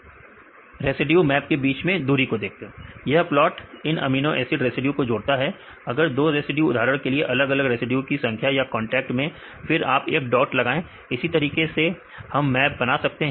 विद्यार्थी रेसिड्यू के बीच की दूरी जी हां यह प्लॉट इन अमीनो एसिड रेसिड्यू को जोड़ता है अगर यह दो रेसिड्यू उदाहरण के लिए अलग अलग रेसिड्यू की संख्या या कांटेक्ट में फिर आप एक डॉट लगाएं इसी तरीके से हम मैप बना सकते हैं